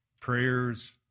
prayers